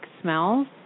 smells